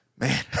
Man